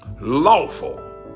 lawful